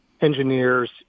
engineers